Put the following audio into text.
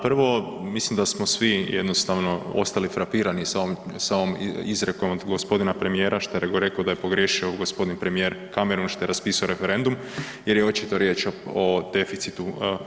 Prvo mislim da smo svi jednostavno ostali frapirani sa ovom izrekom gospodina premijera što je rekao da je pogriješio gospodin premijer Cameroun što je raspisao referendum jer je očito riječ o deficitu.